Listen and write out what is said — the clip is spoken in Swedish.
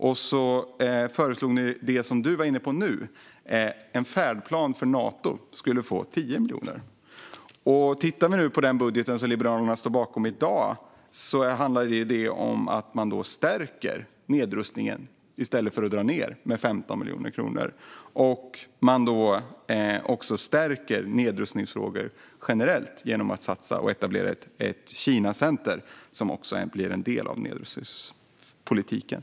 Och så föreslog ni att det som Joar Forssell var inne på nu, en färdplan för Nato, skulle få 10 miljoner. I den budget som Liberalerna står bakom i dag stärker man nedrustningen, i stället för att dra ned, med 15 miljoner kronor. Man stärker också nedrustningsfrågor generellt genom att satsa på att etablera ett Kinacenter, som också blir en del av nedrustningspolitiken.